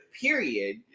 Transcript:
period